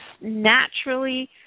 naturally